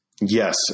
Yes